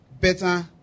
better